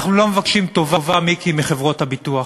אנחנו לא מבקשים טובה, מיקי, מחברות הביטוח.